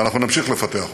ואנחנו נמשיך לפתח אותה.